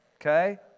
okay